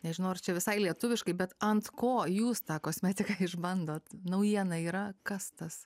nežinau ar čia visai lietuviškai bet ant ko jūs tą kosmetiką išbandot naujiena yra kas tas